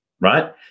right